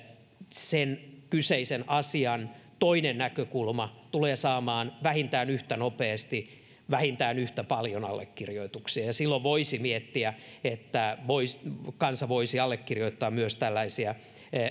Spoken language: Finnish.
sen kyseisen asian toinen näkökulma tulee saamaan vähintään yhtä nopeasti vähintään yhtä paljon allekirjoituksia silloin voisi miettiä että kansa voisi allekirjoittaa myös tällaisia